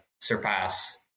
surpass